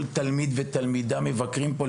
כל תלמיד ותלמידה מבקרים פה,